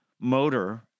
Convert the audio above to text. motor